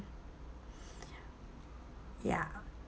ya